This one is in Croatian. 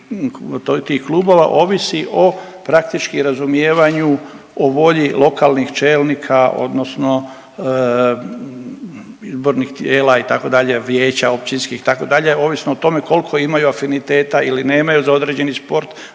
tih klubova ovisi o praktički razumijevanju, o volji lokalnih čelnika odnosno izvornih tijela, itd., vijeća općinskih, itd., jer ovisno o tome koliko imaju afiniteta ili nemaju za određeni sport,